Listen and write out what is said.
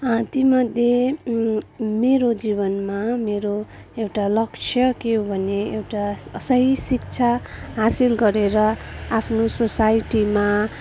तीमध्ये मेरो जीवनमा मेरो एउटा लक्ष्य के हो भने एउटा सही शिक्षा हासिल गरेर आफ्नो सोसाइटीमा